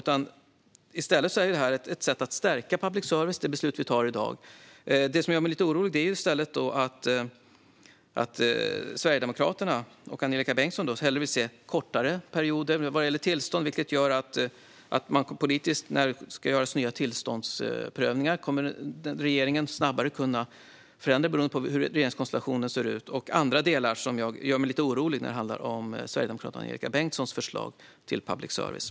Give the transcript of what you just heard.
Det beslut vi tar i dag är ett sätt att stärka public service. Det som gör mig lite orolig är i stället att Sverigedemokraterna och Angelika Bengtsson hellre vill se kortare tillståndsperioder. Det skulle innebära snabbare politiska förändringar vid nya tillståndsprövningar, beroende på hur regeringskonstellationen ser ut. Detta och andra delar gör mig lite orolig när det handlar om Sverigedemokraternas och Angelika Bengtssons förslag till public service.